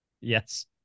Yes